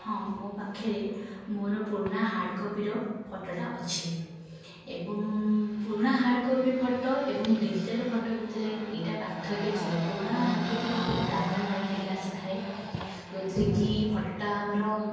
ହଁ ମୋ ପାଖରେ ମୋର ପୁରୁଣା ହାର୍ଡ଼କପିର ଫଟୋଟା ଅଛି ଏବଂ ପୁରୁଣା ହାର୍ଡ଼କପିର ଫଟୋ ଏବଂ ଡିଜିଟାଲ ଫଟୋ ଭିତରେ ଏଇଟା ପାର୍ଥକ୍ୟ ଯେ ପୁରୁଣା ହାର୍ଡ଼କପି ଫଟୋଟା ବ୍ଲାକ୍ ଆଣ୍ଡ ହ୍ୱାଇଟ୍ ଟିକିଏ ଆସିଥାଏ ଯେଉଁଥିରେକି ଫଟୋଟା ଆମର